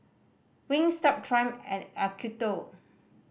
Wingstop Triumph and Acuto